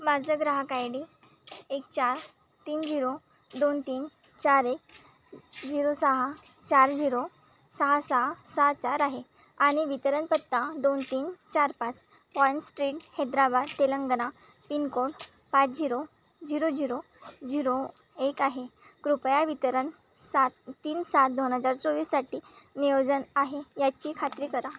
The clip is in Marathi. माझं ग्राहक आय डी एक चार तीन झिरो दोन तीन चार एक झिरो सहा चार झिरो सहा सहा सहा चार आहे आणि वितरण पत्ता दोन तीन चार पाच point street Hyderabad Telangana pin code पाच झिरो झिरो झिरो झिरो एक आहे कृपया वितरण सात तीन सात दोन हजार चोवीससाठी नियोजन आहे याची खात्री करा